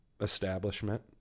establishment